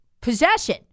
possession